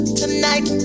tonight